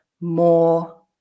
more